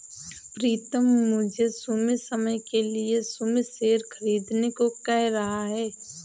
प्रितम मुझे सीमित समय के लिए सीमित शेयर खरीदने को कह रहा हैं